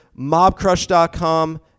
mobcrush.com